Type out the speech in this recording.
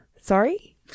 sorry